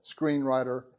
screenwriter